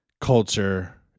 culture